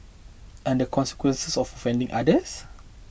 and the consequence of offending others